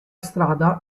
strada